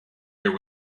there